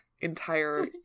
entire